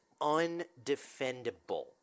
undefendable